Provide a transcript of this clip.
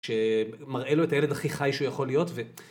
שמראה לו את הילד הכי חי שהוא יכול להיות.